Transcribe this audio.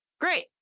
Great